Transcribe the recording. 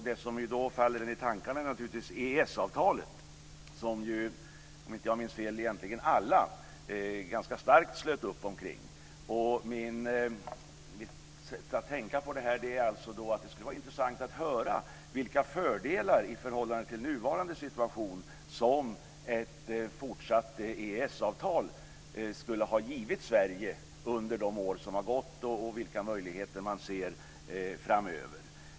Det som i så fall naturligtvis faller i tankarna i EES-avtalet som alla, om jag inte minns fel, ganska starkt slöt upp omkring. Det skulle vara intressant att höra vilka fördelar i förhållande till nuvarande situation som ett fortsatt EES-avtal skulle ha givit Sverige under de år som har gått och vilka möjligheter man ser framöver.